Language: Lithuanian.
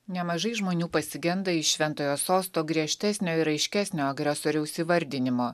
nemažai žmonių pasigenda iš šventojo sosto griežtesnio ir aiškesnio agresoriaus įvardinimo